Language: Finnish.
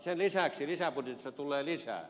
sen lisäksi lisäbudjetissa tulee lisää